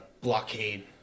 blockade